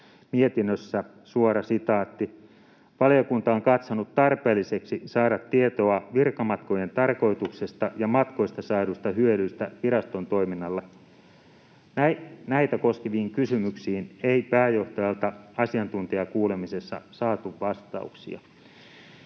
mietinnöstä suora sitaatti: ”Valiokunta on katsonut tarpeelliseksi saada tietoa virkamatkojen tarkoituksesta ja matkoista saaduista hyödyistä viraston toiminnalle. Näitä koskeviin kysymyksiin ei pääjohtajalta asiantuntijakuulemisessa saatu vastauksia.”